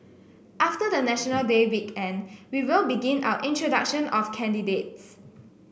after the National Day weekend we will begin our introduction of candidates